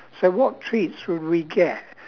so what treats would we get